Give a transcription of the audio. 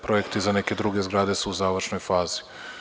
Projekte za neke druge zgrade su u završnoj fazi.